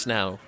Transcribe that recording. now